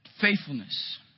Faithfulness